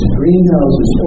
greenhouses